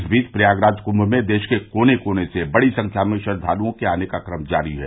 इस बीच प्रयागराज कूंम में देश के कोने कोने से बड़ी संख्या में श्रद्वालुओं के आने का क्रम जारी है